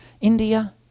India